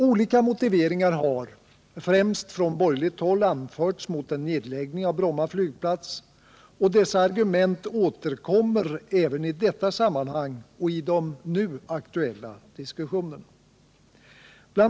Olika motiveringar har, främst från borgerligt håll, anförts mot en nedläggning av Bromma flygplats, och dessa argument återkommer även i detta sammanhang och i de nu aktuella diskussionerna. Bl.